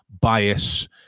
bias